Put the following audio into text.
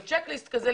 בצ'ק ליסט כזה,